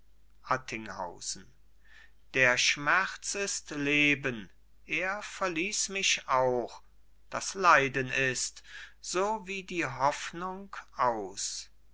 der schmerz ist leben er verließ mich auch das leiden ist so wie die hoffnung aus